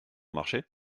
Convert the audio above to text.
marché